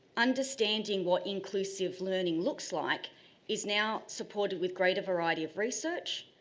understanding what inclusive learning looks like is now supported with greater variety of research,